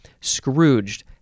Scrooged